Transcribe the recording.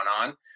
on